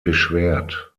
beschwert